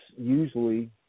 usually